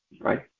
right